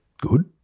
Good